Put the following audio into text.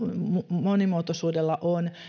monimuotoisuudella on